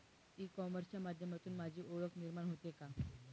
E कॉमर्सच्या माध्यमातून माझी ओळख निर्माण होते का?